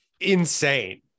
insane